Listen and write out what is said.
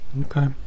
Okay